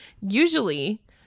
Usually